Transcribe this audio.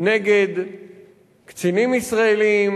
נגד קצינים ישראלים,